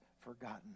forgotten